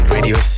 Radio